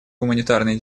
гуманитарной